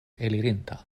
elirinta